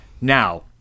Now